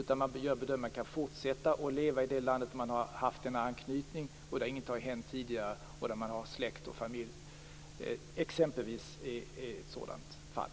Man gör bedömningen att de kan fortsätta att leva i det land där man har anknytning, där ingenting har hänt tidigare och där man har släkt och familj. Det är exempel på ett sådant fall.